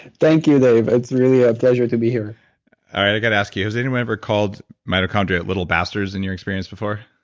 thank you, dave. it's really a pleasure to be here all right, i've gotta ask you. has anyone ever called mitochondria little bastards in your experience before?